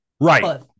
Right